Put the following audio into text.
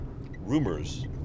rumors